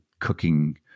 cooking